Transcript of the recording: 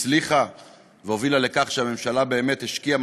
הצליחה והובילה לכך שהממשלה באמת השקיעה